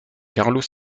carlos